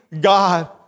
God